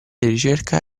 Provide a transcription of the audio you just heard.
ricerca